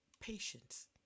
patience